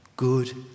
good